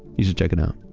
you should check it out